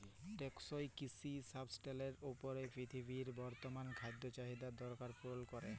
টেকসই কিসি সাসট্যালেবেল উপায়ে পিরথিবীর বর্তমাল খাদ্য চাহিদার দরকার পুরল ক্যরে